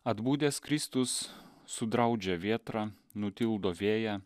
atbudęs kristus sudraudžia vėtrą nutildo vėją